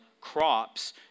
crops